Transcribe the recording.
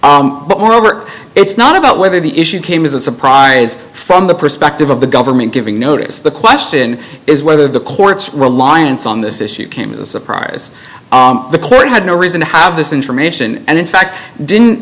moreover it's not about whether the issue came as a surprise from the perspective of the government giving notice the question is whether the court's reliance on this issue came as a surprise the court had no reason to have this information and in fact didn't